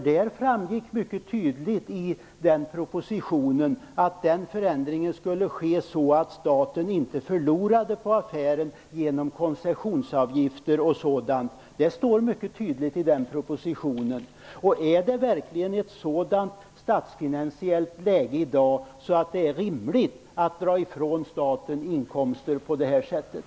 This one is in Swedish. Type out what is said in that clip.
Det framgick mycket tydligt i propositionen att förändringen skulle ske så att staten inte förlorade på affären genom koncessionsavgifter. Det står mycket tydligt i propositionen. Är det verkligen i dagens statsfinansiella läge rimligt att dra ifrån staten inkomster på det här sättet?